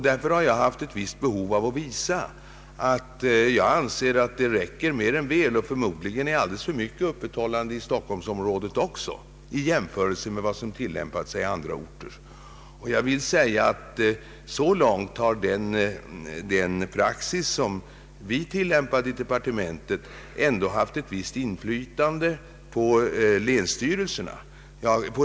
Därför har jag haft ett visst behov att visa att det räcker mer än väl med den praxis som hittills tillämpats, och förmodligen har det varit alltför mycket öppethållande i Stockholmsområdet i jämförelse med vad som tillämpas på andra orter. Så till vida har den praxis som vi tillämpat i departementet ändå haft ett visst inflytande på länsstyrelsen.